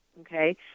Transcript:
okay